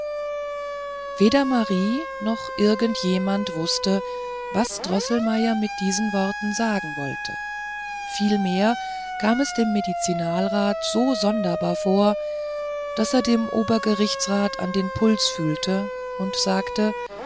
weder marie noch irgend jemand wußte was droßelmeier mit diesen worten sagen wollte vielmehr kam es dem medizinalrat so sonderbar vor daß er dem obergerichtsrat an den puls fühlte und sagte